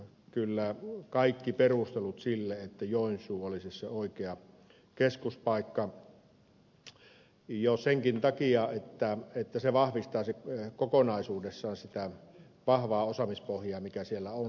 kyllä on kaikki perustelut sille että joensuu olisi se oikea keskuspaikka jo senkin takia että se vahvistaisi kokonaisuudessaan sitä vahvaa osaamispohjaa mikä siellä on